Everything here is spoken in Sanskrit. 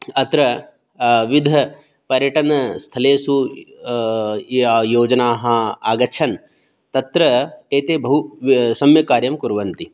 अत्र विध पर्यटनस्थलेषु या योजनाः आगच्छन्ति तत्र एते बहुसम्यक् कार्यं कुर्वन्ति